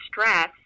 stress